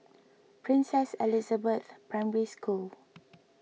Princess Elizabeth Primary School